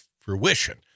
fruition